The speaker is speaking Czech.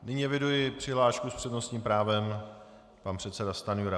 Nyní eviduji přihlášku s přednostním právem, pan předseda Stanjura.